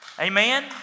Amen